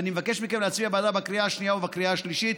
ואני מבקש מכם להצביע בעדה בקריאה השנייה ובקריאה השלישית.